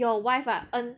your wife ah earn